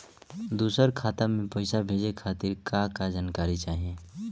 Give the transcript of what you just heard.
दूसर खाता में पईसा भेजे के खातिर का का जानकारी चाहि?